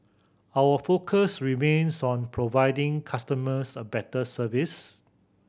our focus remains on providing customers a better service